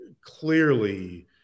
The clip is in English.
clearly